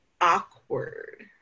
awkward